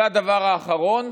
הדבר האחרון